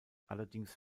allerdings